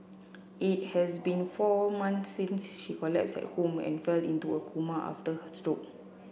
it has been four months since she collapsed at home and fell into a coma after her stroke